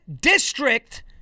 district